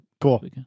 Cool